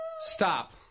Stop